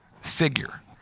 figure